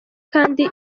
kandi